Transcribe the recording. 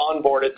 onboarded